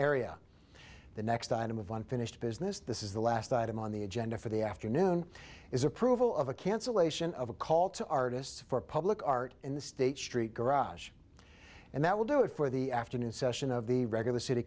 area the next item of unfinished business this is the last item on the agenda for the afternoon is approval of a cancellation of a call to artists for public art in the state street garage and that will do it for the afternoon session of the regular city